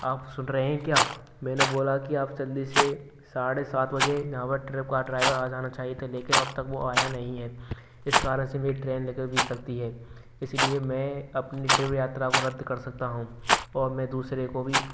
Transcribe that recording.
आप सुन रहे हैं क्या मैंने बोला कि आप जल्दी से साढ़े सात बजे यहाँ पर ट्रिप का ड्राइवर आ जाना चाहिए था लेकिन अब तक वह आया नहीं है इस कारण से वह ट्रेन निकल भी सकती है इसीलिए मैं अपनी ट्रिप यात्रा को रद्द कर सकता हूँ और मैं दूसरे को भी